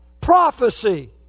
Prophecy